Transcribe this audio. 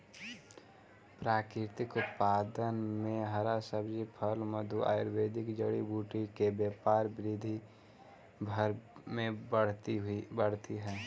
प्राकृतिक उत्पाद में हरा सब्जी, फल, मधु, आयुर्वेदिक जड़ी बूटी के व्यापार विश्व भर में बढ़ित हई